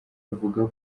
avuga